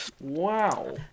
Wow